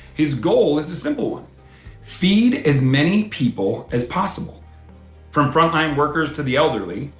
his goal is simple feed as many people as possible from front line workers to the elderly,